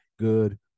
good